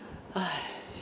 !hais!